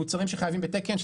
מוצרים שחייבים בתקן,